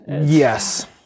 Yes